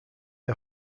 are